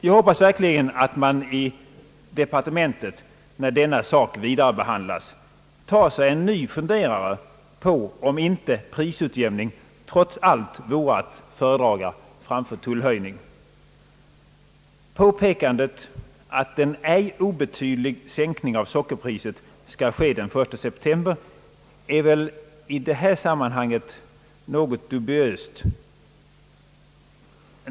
Jag hoppas verkligen att man i departementet, när denna sak vidarebehandlas, tar sig en ny funderare på frågan om inte prisutjämning trots allt vore att föredra framför tullhöjning. Påpekandet att en ej obetydlig sänkning av sockerpriset skall ske den 1 september är väl i detta sammanhang något dubiöst.